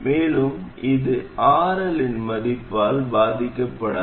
மேலும் இது RL இன் மதிப்பால் பாதிக்கப்படாது